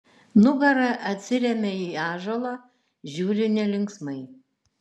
nugara atsiremia į ąžuolą žiūri nelinksmai